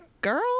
girl